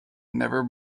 never